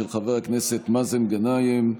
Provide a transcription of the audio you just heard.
של חבר הכנסת מאזן גנאים,